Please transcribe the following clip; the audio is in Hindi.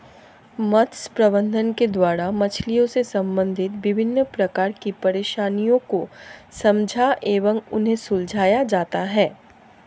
मत्स्य प्रबंधन के द्वारा मछलियों से संबंधित विभिन्न प्रकार की परेशानियों को समझा एवं उन्हें सुलझाया जाता है